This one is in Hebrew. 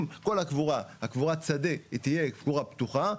אם כל קבורת השדה תהיה קבורה פתוחה,